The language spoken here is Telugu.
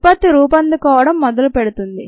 ఉత్పత్తి రూపపొందుకోవడం మొదలు పెడుతుంది